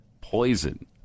poison